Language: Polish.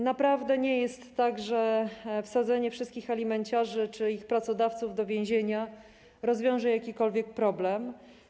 Naprawdę nie jest tak, że wsadzenie wszystkich alimenciarzy czy ich pracodawców do więzienia rozwiąże jakikolwiek problem.